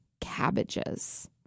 cabbages